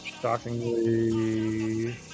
shockingly